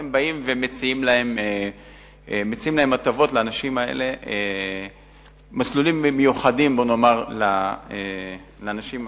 הם באים ומציעים הטבות או מסלולים מיוחדים לאנשים המוגבלים.